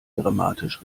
dramatisch